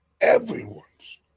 everyone's